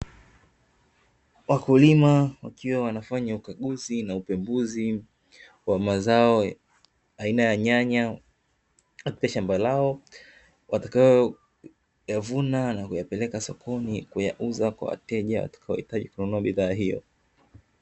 Wakulima wakiwa wanafanya ukaguzi na upevuzi wa mazo aina ya nyanya katika shamba lao watayoyavuna na kuyapeleka sokoni kuyauza kwa wateja watakaohitaji kununua bidhaa hiyo.